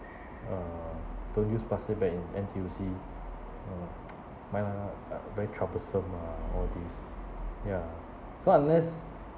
uh don't use plastic bag in N_T_U_C uh very troublesome ah all these ya so unless